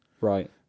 right